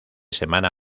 semana